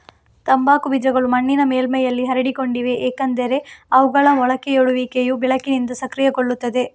ತಂಬಾಕು ಬೀಜಗಳು ಮಣ್ಣಿನ ಮೇಲ್ಮೈಯಲ್ಲಿ ಹರಡಿಕೊಂಡಿವೆ ಏಕೆಂದರೆ ಅವುಗಳ ಮೊಳಕೆಯೊಡೆಯುವಿಕೆಯು ಬೆಳಕಿನಿಂದ ಸಕ್ರಿಯಗೊಳ್ಳುತ್ತದೆ